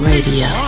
Radio